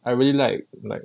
I really like like